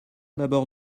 d’abord